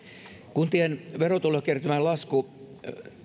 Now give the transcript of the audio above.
kuntien verotulokertymän lasku